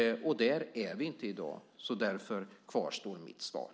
Där är vi inte i dag. Därför kvarstår mitt svar.